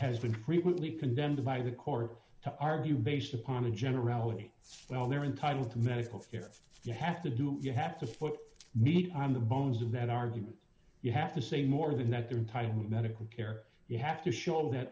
has been frequently condemned by the courts to argue based upon a generality well they're entitled to medical care you have to do you have to foot meat on the bones of that argument you have to say more than that they're tied with medical care you have to show that